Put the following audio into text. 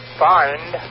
find